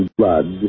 blood